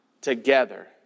together